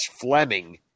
Fleming